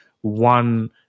one